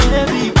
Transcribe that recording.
Baby